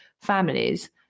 families